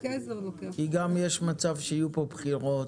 כי גם יש מצב שיהיו פה בחירות,